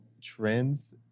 trends